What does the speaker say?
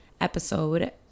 episode